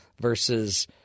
versus